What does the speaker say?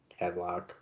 headlock